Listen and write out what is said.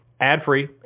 ad-free